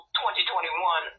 2021